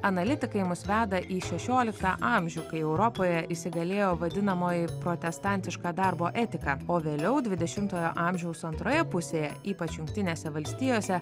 analitikai mus veda į šešioliktą amžių kai europoje įsigalėjo vadinamoji protestantiška darbo etika o vėliau dvidešimtojo amžiaus antroje pusėje ypač jungtinėse valstijose